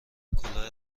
کلاه